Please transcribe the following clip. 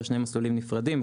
היו שני מסלולים נפרדים,